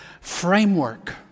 framework